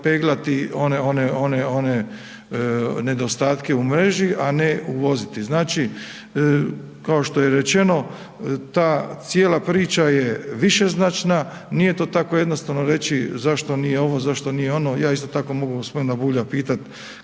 peglati one nedostatke a ne uvoziti? Znači kao što je rečeno, ta cijela priča je višeznačna, nije to tako jednostavno reći zašto nije ovo, zašto nije ono, ja isto tako mogu g. Bulja pitat